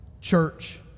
church